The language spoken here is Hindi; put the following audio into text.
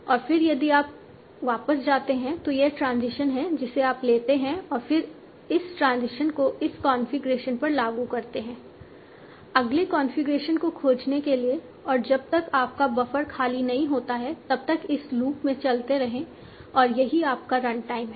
और फिर यदि आप वापस जाते हैं तो यह ट्रांजिशन है जिसे आप लेते हैं और फिर इस ट्रांजिशन को इस कॉन्फ़िगरेशन पर लागू करते हैं अगले कॉन्फ़िगरेशन को खोजने के लिए और जब तक आपका बफर खाली नहीं होता है तब तक इस लूप में चलते रहें और यही आपका रन टाइम है